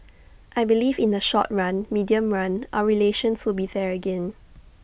I believe that in the short run medium run our relations will be there again